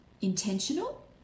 intentional